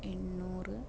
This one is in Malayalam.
എണ്ണൂറ്